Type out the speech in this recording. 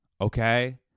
okay